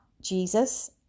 Jesus